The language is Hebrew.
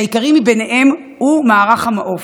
שהעיקרי ביניהם הוא מערך המעוף.